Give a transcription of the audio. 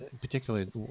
particularly